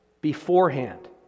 beforehand